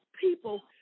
people